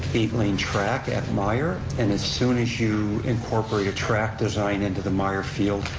eight lane track at myer, and as soon as you incorporate a track design into the myer field,